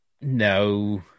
No